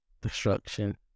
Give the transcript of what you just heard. destruction